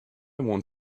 want